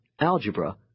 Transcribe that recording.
algebra